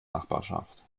nachbarschaft